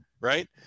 Right